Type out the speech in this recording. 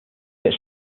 gets